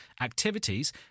Activities